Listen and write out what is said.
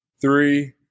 three